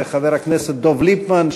ולחבר הכנסת דב ליפמן,